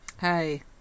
Hey